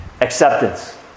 acceptance